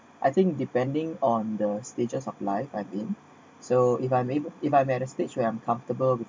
I think depending on the stages of life I've been so if I maybe if I'm at a stage where I'm comfortable